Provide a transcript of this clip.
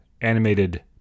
animated